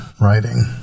writing